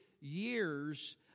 years